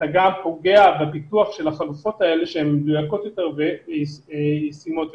אתה גם פוגע בפיתוח של החלופות האלה שהן מדויקות יותר וישימות יותר.